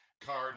card